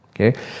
Okay